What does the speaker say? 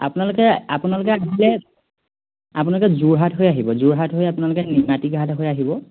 আপোনালোকে আপোনালোকে আহিলে আপোনালোকে যোৰহাট হৈ আহিব যোৰহাট হৈ আপোনালোকে নিমাতী ঘাট হৈ আহিব